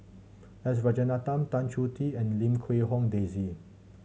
S Rajaratnam Tan Choh Tee and Lim Quee Hong Daisy